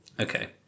Okay